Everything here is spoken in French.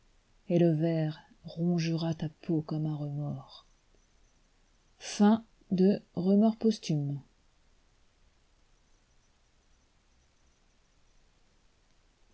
et le ver rongera ta peau comme un remords